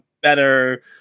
better